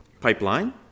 pipeline